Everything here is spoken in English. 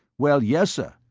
well, yessir,